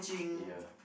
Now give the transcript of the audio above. ya